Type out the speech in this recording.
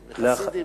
לחסידים,